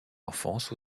enfance